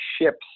ships